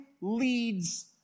leads